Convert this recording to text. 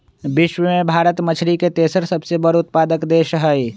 विश्व में भारत मछरी के तेसर सबसे बड़ उत्पादक देश हई